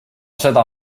seda